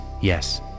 yes